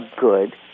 good